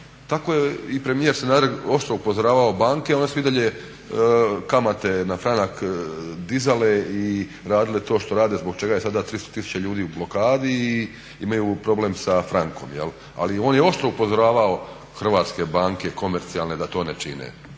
Tako je i premijer Sanader oštro upozoravao banke, a one su i dalje kamate na franak dizale i radile to što rade zbog čega je sada 300 tisuća ljudi u blokadi i imaju problem sa frankom, ali on je oštro upozoravao hrvatske banke, komercijalne da to ne čine.